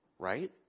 Right